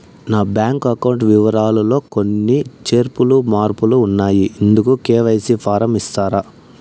నా bank account వివరాలు లో కొన్ని చేర్పులు మార్పులు ఉన్నాయి, ఇందుకు కె.వై.సి ఫారం ఇస్తారా?